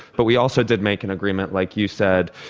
but we also did make an agreement, like you said,